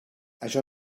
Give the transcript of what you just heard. això